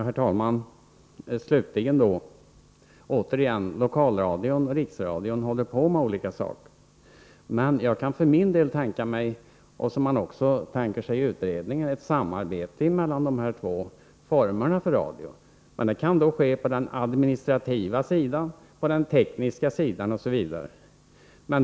Herr talman! Låt mig slutligen återigen påpeka att Lokalradion och Riksradion inte har samma uppgifter. Jag kan för min del tänka mig, som man också gör i utredningen, ett samarbete mellan dessa två former av radioverksamhet. Det kan bedrivas på den administrativa sidan, på den tekniska sidan osv.